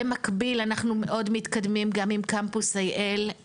במקביל, אנחנו מאוד מתקדמים גם עם קמפוס איי אל,